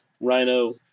Rhino